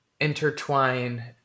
intertwine